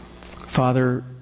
Father